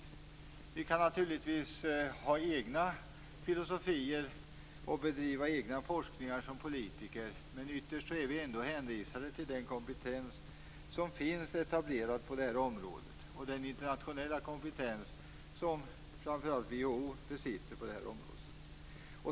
Vi politiker kan naturligtvis ha egna filosofier och bedriva våra egna forskningar, men ytterst är vi ändå hänvisade till den kompetens som finns etablerad på det här området och den internationella kompetens som framför allt WHO besitter.